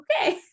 okay